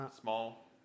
small